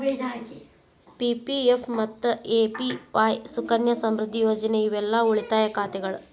PPF ಮತ್ತ APY Sukanya Samriddhi ಯೋಜನೆ ಇವೆಲ್ಲಾ ಉಳಿತಾಯ ಖಾತೆಗಳ